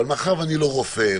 ומאחר שאני לא רופא,